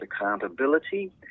accountability